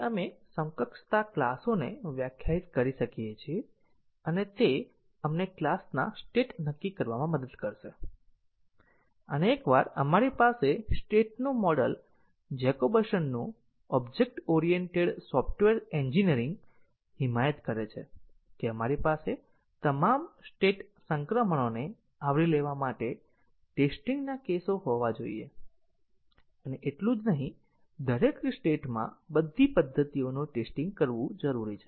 આપણે સમકક્ષતા ક્લાસોને વ્યાખ્યાયિત કરી શકીએ છીએ અને તે આપણને ક્લાસના સ્ટેટ નક્કી કરવામાં મદદ કરશે અને એકવાર આપણી પાસે સ્ટેટનું મોડેલ જેકોબસનનું ઓબ્જેક્ટ ઓરિએન્ટેડ સોફ્ટવેર એન્જિનિયરિંગ હિમાયત કરે છે કે આપણી પાસે તમામ સ્ટેટ સંક્રમણોને આવરી લેવા માટે ટેસ્ટીંગ ના કેસો હોવા જોઈએ અને એટલું જ નહીં દરેક સ્ટેટમાં બધી પદ્ધતિઓનું ટેસ્ટીંગ કરવું જરૂરી છે